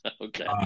Okay